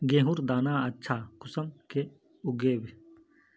गेहूँर दाना अच्छा कुंसम के उगबे?